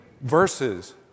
verses